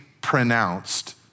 pronounced